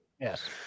Yes